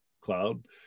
cloud